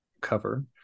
cover